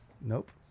Nope